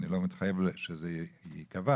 אני לא מתחייב שזה ייקבע